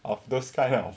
of those kind of